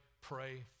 pray